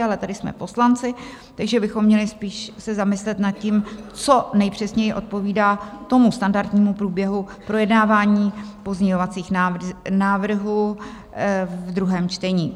Ale tady jsme poslanci, takže bychom měli spíš se zamyslet nad tím, co nejpřesněji odpovídá standardnímu průběhu projednávání pozměňovacích návrhů v druhém čtení.